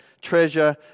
treasure